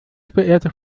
verehrte